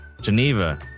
Geneva